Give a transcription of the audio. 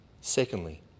Secondly